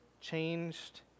changed